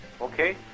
Okay